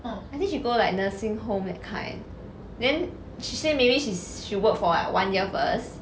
I think she go like nursing home that kind then she say maybe she work for like one year first